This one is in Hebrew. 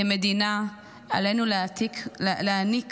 כמדינה עלינו להעניק